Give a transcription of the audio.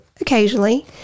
occasionally